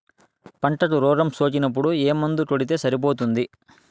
పంటకు రోగం సోకినపుడు ఏ మందు కొడితే సరిపోతుంది?